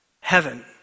Heaven